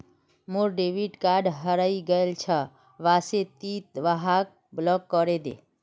मोर debit card हरइ गेल छ वा से ति वहाक ब्लॉक करे दे